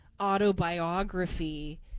autobiography